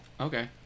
Okay